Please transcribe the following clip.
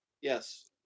Yes